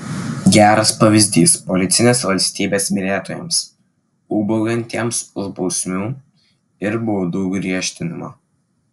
geras pavyzdys policinės valstybės mylėtojams ūbaujantiems už bausmių ir baudų griežtinimą